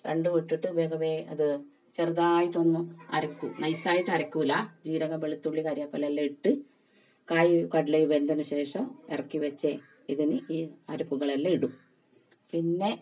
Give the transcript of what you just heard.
രണ്ടും ഇട്ടിട്ട് വേഗം വേഗം അത് ചെറുതായിട്ടൊന്ന് അരക്കും നൈസായിട്ട് അരക്കില്ല ജീരകം വെളുത്തുള്ളി കറിവേപ്പില ഇട്ട് കായയും കടലയും വെന്തതിന് ശേഷം ഇറക്കി വച്ച് ഇതിന് ഈ അരപ്പുകളെപല്ലാം ഇടും പിന്നെ